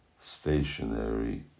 stationary